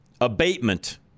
abatement